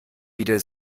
wieder